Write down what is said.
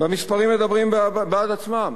והמספרים מדברים בעד עצמם.